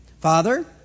Father